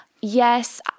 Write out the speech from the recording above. yes